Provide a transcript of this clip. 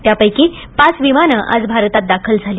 त्यापैकी पाच विमानं आज भारतात दाखल झाली